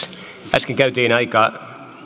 äsken kävimme jo aika